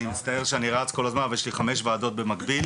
אני מצטער שאני רץ כל הזמן אבל יש לי כחמש ועדות במקביל,